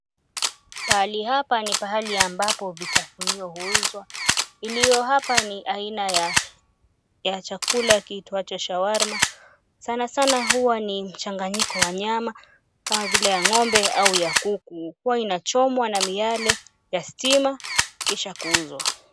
Pahali hapa ni pahali ambapo vitafunio huuzwa. Iliyo hapa ni aina ya chakula kiitwacho shawarma, sana sana huwa ni mchanganyiko wa nyama kama vile ya ng'ombe au ya kuku, huwa inachomwa na miale ya stima kisha kuuzwa.